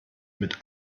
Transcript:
mit